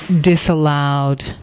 disallowed